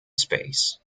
space